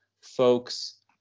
folks